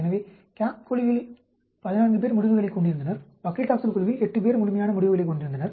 எனவே CAP குழுவில் 14 பேர் முடிவுகளைக் கொண்டிருந்தனர் பக்லிடாக்செல் குழுவில் 8 பேர் முழுமையான முடிவுகளைக் கொண்டிருந்தனர்